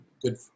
Good